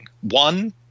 One